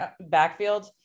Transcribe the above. backfield